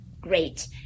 great